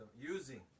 using